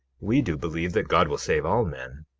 we do believe that god will save all men.